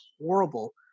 horrible